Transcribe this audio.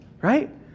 right